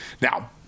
Now